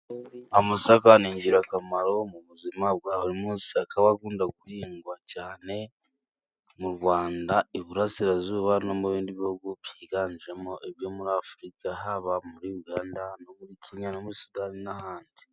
Amasaka ni ingirakamaro mu buzima bwa buri munsi, akaba akunda guhingwa cyane mu Rwanda, i Burasirazuba, no mu bindi bihugu byiganjemo byo muri Afurika, haba muri Uganda, muri Kenya, no muri Sudani, n'ahandi.